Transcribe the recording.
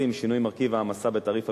20) (שינוי מרכיב העמסה בתעריף הביטוח),